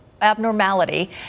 abnormality